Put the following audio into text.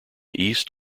east